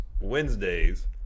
Wednesdays